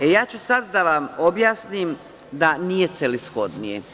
Ja ću sad da vam objasnim da nije celishodnije.